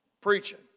preaching